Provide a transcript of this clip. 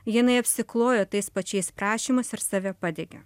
jinai apsiklojo tais pačiais prašymais ir save padegė